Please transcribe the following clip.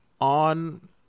on